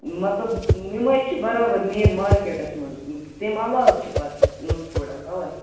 مطلب یِم حظ چھِ برابر مین مارکیٹَس منٛز تَمۍ علاو چھِ پَتہٕ یُن تھوڑا تَوَے